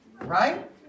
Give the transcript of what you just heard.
right